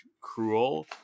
cruel